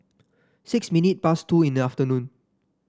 six minute past two in the afternoon